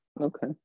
Okay